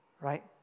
Right